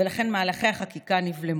ולכן מהלכי החקיקה נבלמו.